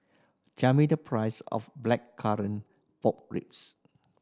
tell me the price of Blackcurrant Pork Ribs